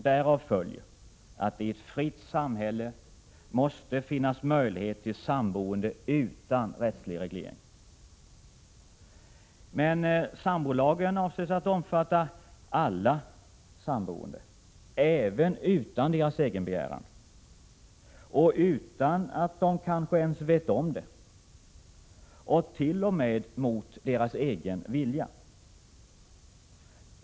Därav följer att det i ett fritt samhälle måste finnas möjlighet till samboende utan rättslig reglering. Men sambolagen avses att omfatta alla samboende även utan deras egen begäran och utan att de kanske ens vet om det och t.o.m. mot deras egen vilja.